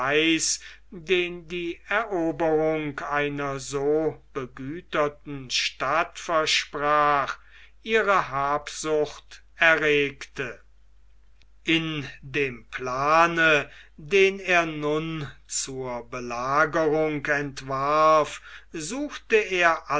die eroberung einer so begüterten stadt versprach ihre habsucht erregte in dem plane den er nun zur belagerung entwarf suchte er